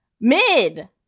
mid